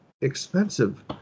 expensive